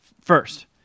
First